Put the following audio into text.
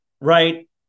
right